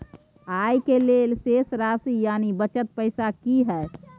आय के लेल शेष राशि यानि बचल पैसा की हय?